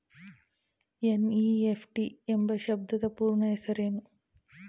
NEFT ಎಂಬ ಶಬ್ದದ ಪೂರ್ಣ ಹೆಸರೇನು?